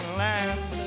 land